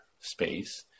space